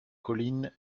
collines